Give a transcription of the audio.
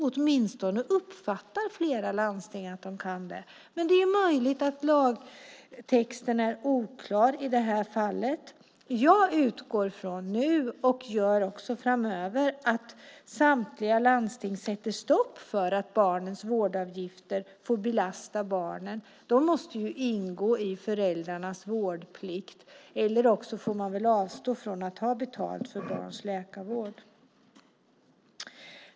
Åtminstone uppfattar flera landsting att de kan det, men det är möjligt att lagtexten är oklar i det här fallet. Både nu och framöver utgår jag från att samtliga landsting sätter stopp för att barns vårdavgifter får belasta barnen. De måste ju ingå i föräldrarnas vårdplikt, eller så får man väl avstå från att ta betalt för barns läkarvård.